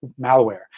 Malware